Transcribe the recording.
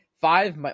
five